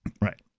right